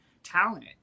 talent